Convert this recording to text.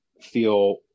feel